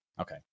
okay